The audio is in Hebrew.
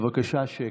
בבקשה שקט.